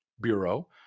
bureau